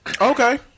Okay